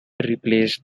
replaced